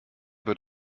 wird